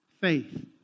faith